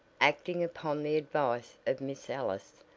acting upon the advice of miss ellis,